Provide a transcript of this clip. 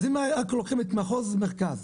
אז אם אנחנו לוקחים את מחוז מרכז,